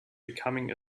becoming